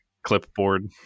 clipboard